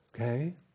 Okay